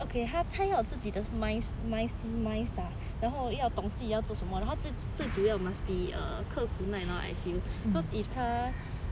okay 他要自己的 minds minds minds lah 然后要懂自己要做什么然后最主要 must be err 刻苦耐劳 I feel because if 他